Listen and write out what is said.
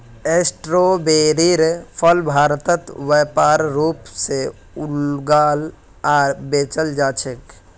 स्ट्रोबेरीर फल भारतत व्यापक रूप से उगाल आर बेचाल जा छेक